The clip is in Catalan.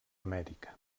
amèrica